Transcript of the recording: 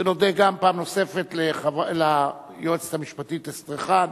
ונודה גם, פעם נוספת, ליועצת המשפטית אסטרחן